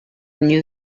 new